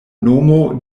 nomo